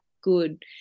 good